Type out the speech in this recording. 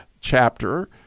chapter